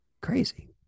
crazy